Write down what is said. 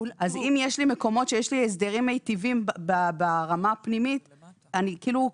אז אם יש לי מקומות שיש לי הסדרים מיטיבים ברמה הפנימית אני כאילו,